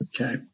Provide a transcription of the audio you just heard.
Okay